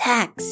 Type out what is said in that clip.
Tax